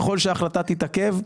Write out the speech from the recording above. ככל שההחלטה תתעכב,